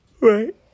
Right